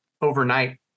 overnight